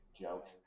Joke